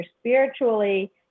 spiritually